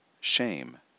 shame